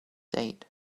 date